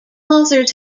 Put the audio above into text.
authors